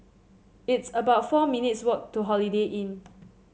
it's about four minutes walk to Holiday Inn